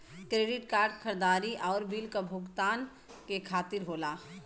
credit card खरीदारी आउर bill क भुगतान के खातिर होला